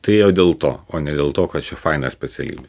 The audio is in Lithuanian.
tai ėjo dėl to o ne dėl to kad čia faina specialybė